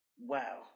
Wow